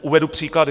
Uvedu příklady.